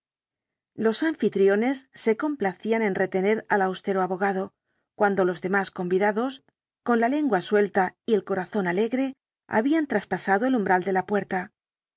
los anfitriones se complacían en retener al austero abogado cuando los demás convidados con la lengua suelta y el corazón alegre habían traspasado el umbral de la puerta